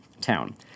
town